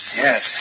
Yes